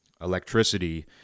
electricity